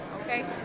okay